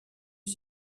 est